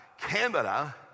Canada